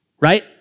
Right